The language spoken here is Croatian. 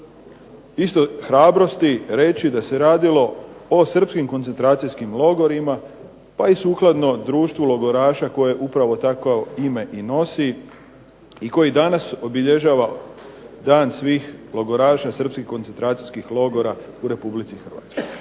isto hrabrosti reći da se radilo o Srpskim koncentracijskim logorima pa i sukladno društvu logoraša koji upravo takvo ime i novi i koji danas obilježava Dan svih logoraša Srpskih koncentracijskih logora u Republici Hrvatskoj.